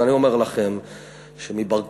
ואני אומר לכם שמברקן,